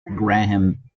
graham